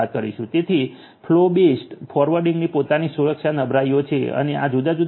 તેથી flow based ફોરવર્ડિંગની પોતાની સુરક્ષા નબળાઈઓ છે અને જુદા જુદા ડી